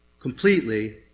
completely